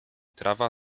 trawa